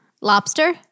lobster